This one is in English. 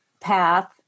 path